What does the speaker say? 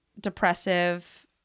depressive –